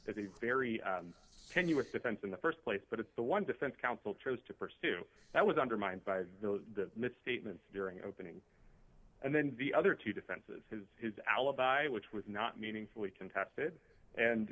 a very tenuous defense in the st place but it's the one defense counsel chose to pursue that was undermined by the misstatements during opening and then the other two defenses his his alibi which was not meaningfully contested and